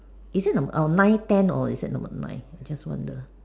is it number our nine ten or is it number nine I just wonder